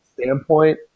standpoint